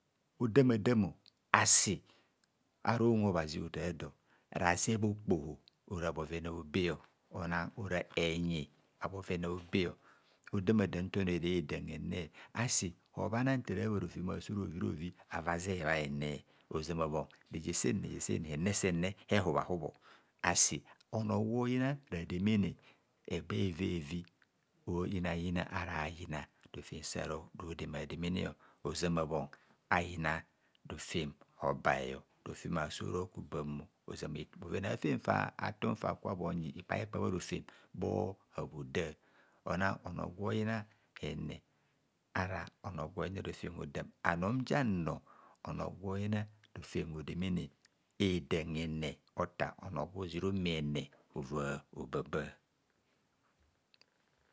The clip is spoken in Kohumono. Odamadamo asi ara unwe obhazi otar do razep okpo ho ora bhoven a'obe odamadam nta onor ere dam hene asi obhana ntara va rofem aso rovirovi ava zeh bha hene ozama bhon reje sen reje sen hene sene hehubhahub asi onor gwo yina rademene bha egbe eve eci ayina yina okpoho ara yina sarodema demene ozama bhon ayina rofem hobai, rofem aso roku bam ozoma bhoven a'fen fator fa kabho yi ikpai kpa bharofem bho habhoda ona onor gwo yina hene ara onor gwoyina rofem hodam anum njannor onor gwo yina rofem hodemene edam rene otar onor gwo jiro me hene ova oba ba.